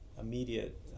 immediate